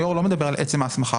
היושב-ראש לא מדבר על עצם ההסמכה,